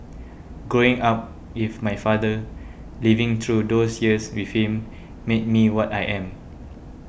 growing up with my father living through those years with him made me what I am